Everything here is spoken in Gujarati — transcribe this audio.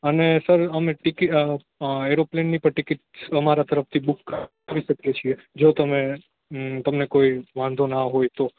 અને સર અમે ટિકિટ એરો પ્લેન ની પણ ટિકિટ અમારા તરફ થી બૂક કરી શકીએ છે જો તમે તમને કોય વાંધો ના હોય તો